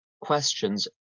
questions